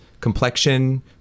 complexion